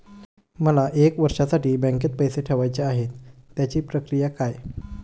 मला एक वर्षासाठी बँकेत पैसे ठेवायचे आहेत त्याची प्रक्रिया काय?